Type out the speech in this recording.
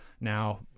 Now